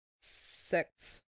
Six